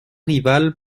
rival